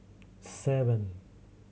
seven